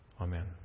Amen